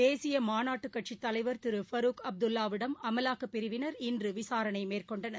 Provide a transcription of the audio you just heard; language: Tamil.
தேசியமாநாட்டுக் கட்சித க்தலைவர் திரு க்பருக் அப்துல்லாவிடம் அமலாக்கப் பிரிவினர் இன்றுவிசாரணைமேற்கொண்டனர்